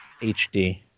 hd